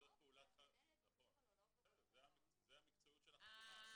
נכון אבל זו המקצועיות של החקירה.